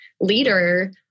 leader